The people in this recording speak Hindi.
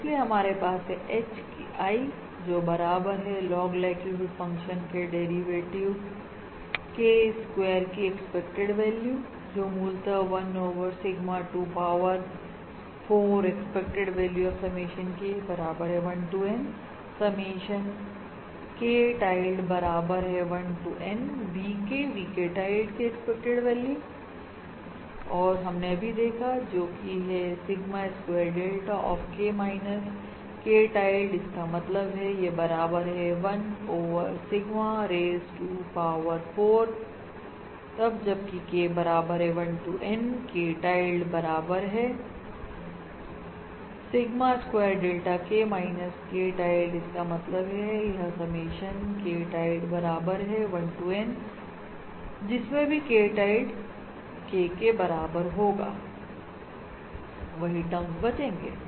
तो इसलिए हमारे पास है H की I जो बराबर है लॉग लाइक्लीहुड फंक्शन के डेरिवेटिव के स्क्वायर की एक्सपेक्टेड वैल्यू है जो मूलतः 1 over sigma to power 4 expected value of summation K बराबर है 1 to N summation K tilde बराबर है 1 to NVK VK tilde की एक्सपेक्टेड वैल्यू और हमने अभी देखा जोकि है sigma square delta of K minus K tilde इसका मतलब है यह बराबर है 1 over sigma raise to power 4 K बराबर है 1 to N K tilde बराबर है sigma square delta K minus K tilde इसका मतलब है कि यह समेशन K tilde बराबर है 1 to Nजिस में भी K tilde K के बराबर होगा वही टर्मस बचेंगे